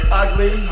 ugly